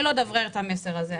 אני לא אדברר את המסר הזה,